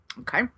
Okay